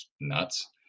Nuts